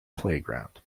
playground